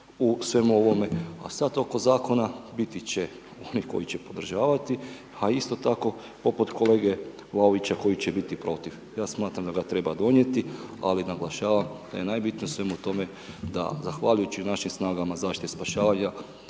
u svemu ovome. A sad oko zakona biti će onih koji će podržavati a isto tako poput kolege Vlaovića koji će biti protiv. Ja smatram da ga treba donijeti ali naglašavam da je najbitnije u svemu tome da zahvaljujući našim snagama zaštite i spašavanja